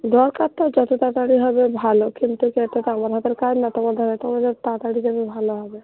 দরকার তো যতো তাতাড়ি হবে ভালো কিন্তু সেটা তো আমার হাতের কাজ না তোমাদের হাতে তোমরা তাতাড়ি দেবে ভালো হবে